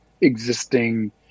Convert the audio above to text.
existing